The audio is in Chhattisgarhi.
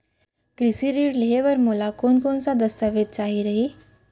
कृषि ऋण लेहे बर मोला कोन कोन स दस्तावेज चाही रही?